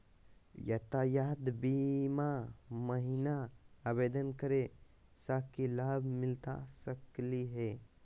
यातायात बीमा महिना आवेदन करै स की लाभ मिलता सकली हे?